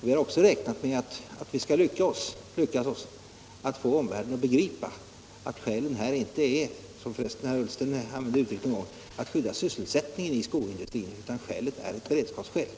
Vi har räknat med att det skall lyckas oss att få omvärlden att begripa att skälet här inte är — som för resten herr Ullsten gjorde en utvikning om — att skydda sysselsättningen i skoindustrin utan att skälet är av beredskapsnatur.